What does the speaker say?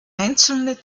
einzelne